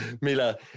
Mila